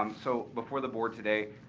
um so before the board today,